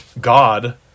God